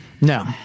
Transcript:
No